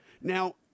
now